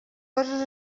coses